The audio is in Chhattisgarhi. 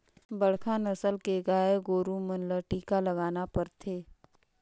बड़खा नसल के गाय गोरु मन ल टीका लगाना परथे